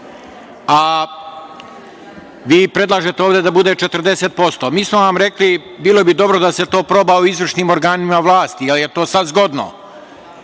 a vi predlažete da ovde bude 40%. Mi smo vam rekli, bilo bi dobro da se to proba u izvršnim organima vlasti, jer je to sada zgodno,